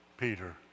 Peter